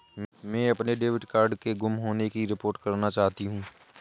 मैं अपने debit card के गुम होने की रिपोर्ट करना चाहती हूँ